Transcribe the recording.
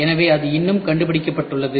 எனவே அது இன்னும் கண்டுபிடிக்கப்பட்டுள்ளது